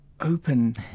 open